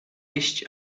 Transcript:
jeść